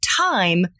Time